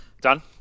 Done